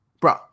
bro